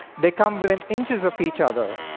they come within inches of each other.